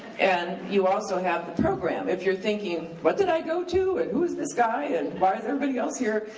and you also have the program. if you're thinking, what did i go to, and who's this guy, and why is everybody else here?